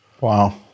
Wow